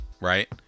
right